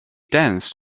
danced